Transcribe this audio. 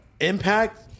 impact